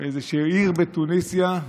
באיזושהי עיר בתוניסיה,